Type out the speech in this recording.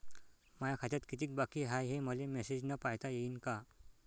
माया खात्यात कितीक बाकी हाय, हे मले मेसेजन पायता येईन का?